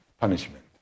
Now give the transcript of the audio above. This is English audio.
punishment